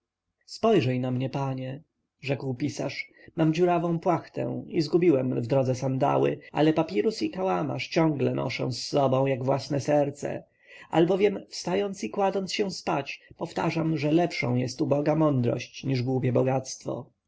spojrzyj na mnie panie rzekł pisarz mam dziurawą płachtę i zgubiłem w drodze sandały ale papirus i kałamarz ciągle noszę z sobą jak własne serce albowiem wstając i kładąc się spać powtarzam że lepszą jest uboga mądrość niż głupie bogactwo